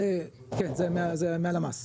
כן, זה מהלמ"ס.